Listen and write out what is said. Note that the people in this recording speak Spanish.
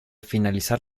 finalizar